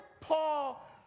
Paul